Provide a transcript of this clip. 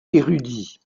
érudit